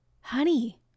Honey